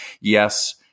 yes